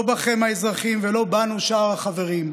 לא בכם האזרחים ולא בנו, שאר החברים.